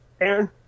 Aaron